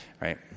Right